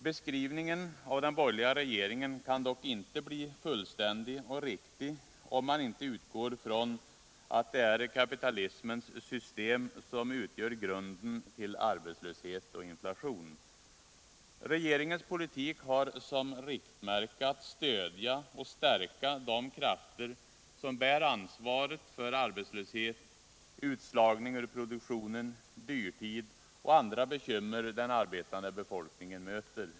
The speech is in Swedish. Beskrivningen av den borgerliga regeringen kan dock inte bli fullständig och riktig, om man inte utgår från att det är kapitalismens system som utgör grunden för arbetslöshet och inflation. Regeringens politik har som riktmärke att stödja och stärka de krafter som bär ansvaret för arbetslöshet, utslagning ur produktionen, dyrtid och andra bekymmer som den arbetande befolkningen möter.